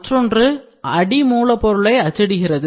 மற்றொன்று அடி மூலப்பொருளை அச்சிடுகிறது